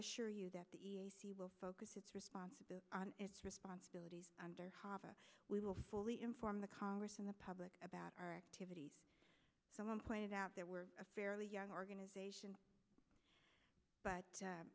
assure you that the e c will focus its responsibility on its responsibilities under hava we will fully inform the congress and the public about our activities someone pointed out there were a fairly young organization but